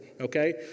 okay